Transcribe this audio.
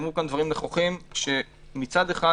נאמרו כאן דברים נכוחים שמצד אחד